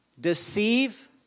deceive